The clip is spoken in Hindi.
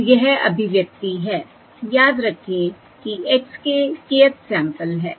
तो यह अभिव्यक्ति है याद रखें कि x k kth सैंपल है